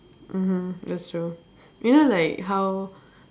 mmhmm that's true you know like how